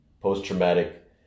post-traumatic